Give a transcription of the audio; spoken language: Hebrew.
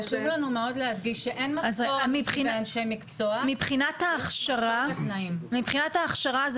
אז מבחינת ההכשרה,